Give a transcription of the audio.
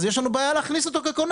אז יש לנו בעיה להכניס אותו ככונן.